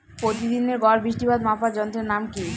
প্রতিদিনের গড় বৃষ্টিপাত মাপার যন্ত্রের নাম কি?